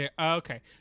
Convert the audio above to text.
Okay